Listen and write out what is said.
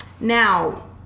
Now